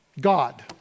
God